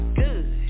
good